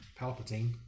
Palpatine